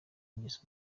ingeso